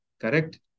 Correct